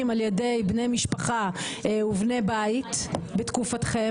על ידי בני משפחה ובני בית בתקופתכם.